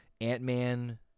Ant-Man